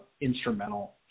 instrumental